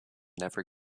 never